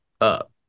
up